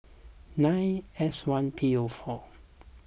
nine S one P O four